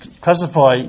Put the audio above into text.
classify